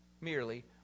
merely